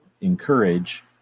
encourage